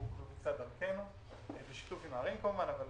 הוא בוצע דרכנו בשיתוף עם הערים, כמובן, אבל